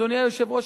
אדוני היושב-ראש,